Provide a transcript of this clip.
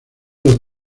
los